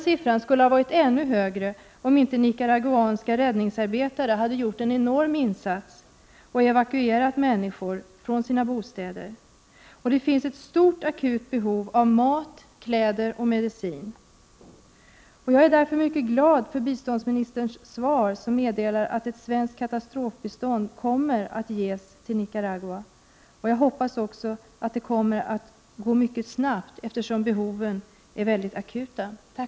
Siffrorna skulle ha varit ännu högre om inte nicaraguanska räddningsarbetare hade gjort en enorm insats och evakuerat människor från deras bostäder. Det finns ett stort akut behov av mat, kläder och medicin. Jag är därför mycket glad för biståndsministerns svar när hon meddelar att ett svenskt katastrofbistånd kommer att ges till Nicaragua. Jag hoppas att det kommer att gå mycket snabbt, eftersom behoven är akuta. Tack för svaret!